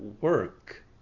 work